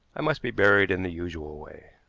i must be buried in the usual way.